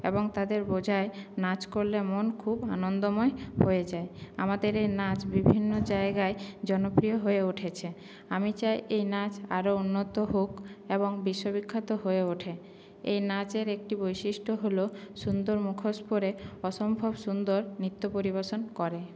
এবং তাদের বোঝাই নাচ করলে মন খুব আনন্দময় হয়ে যায় আমাদের এই নাচ বিভিন্ন জায়গায় জনপ্রিয় হয়ে উঠেছে আমি চাই এই নাচ আরও উন্নত হোক এবং বিশ্ববিখ্যাত হয়ে ওঠে এই নাচের একটি বৈশিষ্ট্য হল সুন্দর মুখোশ পরে অসম্ভব সুন্দর নৃত্য পরিবেশন করে